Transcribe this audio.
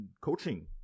coaching